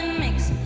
mixed